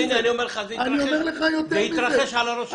זה יתרחש על הראש שלך.